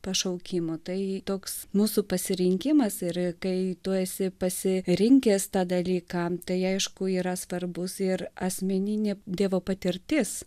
pašaukimo tai toks mūsų pasirinkimas ir kai tu esi pasirinkęs tą dalyką tai aišku yra svarbus ir asmeninė dievo patirtis